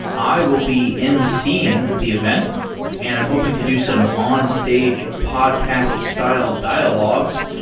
i will be emceeing the event and i'm hoping to do some onstage podcast-styled dialogues.